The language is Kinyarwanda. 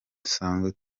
dusanzwe